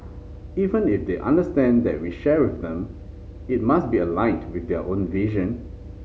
even if they understand and we share with them it must be aligned with their own vision